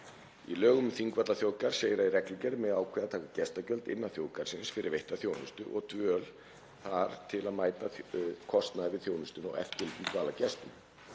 Í lögum um Þingvallaþjóðgarð segir að í reglugerð megi ákveða að taka gestagjöld innan þjóðgarðsins fyrir veitta þjónustu og dvöl þar til að mæta kostnaði við þjónustu og eftirlit með dvalargestum.